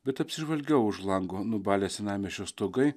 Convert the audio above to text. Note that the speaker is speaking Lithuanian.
bet apsižvalgiau už lango nubalę senamiesčio stogai